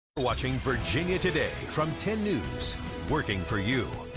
watching virginia today from ten news working for you.